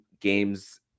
games